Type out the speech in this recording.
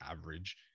average